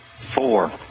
four